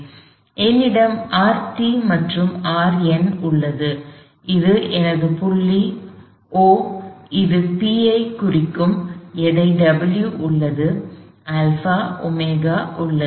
எனவே என்னிடம் Rt மற்றும் Rn உள்ளது அது எனது புள்ளி O இது P ஐக் குறிக்கும் எடை W உள்ளது α ω உள்ளது